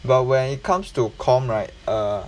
but when it comes to com right err